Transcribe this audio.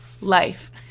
life